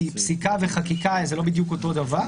כי פסיקה וחקיקה זה לא בדיוק אותו דבר.